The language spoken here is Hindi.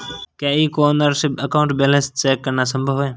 क्या ई कॉर्नर से अकाउंट बैलेंस चेक करना संभव है?